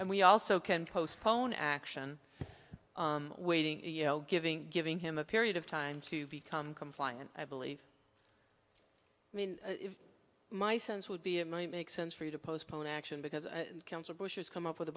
and we also can postpone action waiting you know giving giving him a period of time to become compliant i believe i mean my sense would be it might make sense for you to postpone action because council bush has come up with a